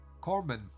Corman